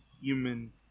human